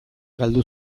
galdu